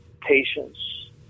patience